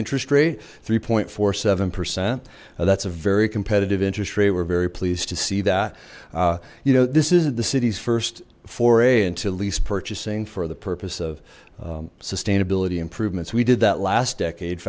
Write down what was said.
interest rate three point four seven percent that's a very competitive interest rate we're very pleased to see that you know this is the city's first foray into lease purchasing for the purpose of sustainability improvements we did that last decade